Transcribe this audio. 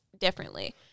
differently